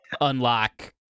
unlock